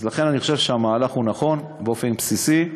לכן, אני חושב שהמהלך נכון באופן בסיסי,